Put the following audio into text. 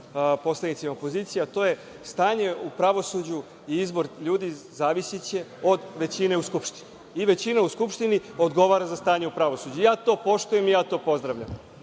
poslanicima opozicije, a to je - stanje u pravosuđu i izbor ljudi zavisiće od većine u Skupštini i većina u Skupštini odgovara za stanje u pravosuđu. To poštujem i to pozdravljam. Stanje